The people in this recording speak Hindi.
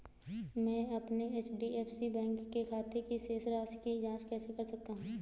मैं अपने एच.डी.एफ.सी बैंक के खाते की शेष राशि की जाँच कैसे कर सकता हूँ?